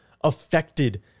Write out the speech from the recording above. affected